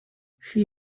she